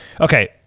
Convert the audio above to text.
okay